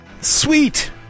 Sweet